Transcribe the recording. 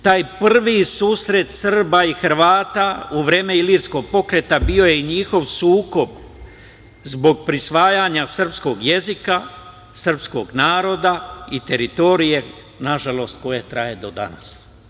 Taj prvi susret Srba i Hrvata, u vreme Ilirskog pokreta bio je i njihov sukob zbog prisvajanja srpskog jezika, srpskog naroda i teritorije, nažalost koja traje do danas.